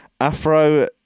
Afro